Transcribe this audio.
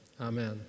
amen